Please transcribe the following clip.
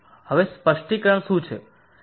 હવે સ્પષ્ટીકરણ શું છે